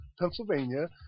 Pennsylvania